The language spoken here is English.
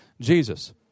Jesus